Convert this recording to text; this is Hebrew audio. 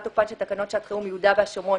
תוקפן של תקנות שעת חירום (יהודה והשומרון,